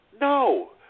No